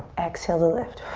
exhale the lift.